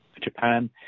Japan